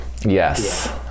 yes